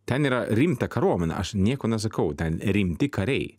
ten yra rimta kariuomenė aš nieko nesakau ten rimti kariai